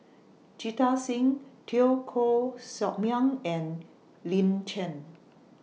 Jita Singh Teo Koh Sock Miang and Lin Chen